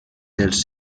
dels